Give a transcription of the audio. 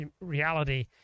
reality